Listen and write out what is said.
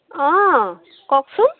অঁ কওকচোন